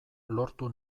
lortu